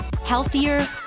healthier